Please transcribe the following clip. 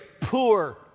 poor